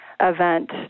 event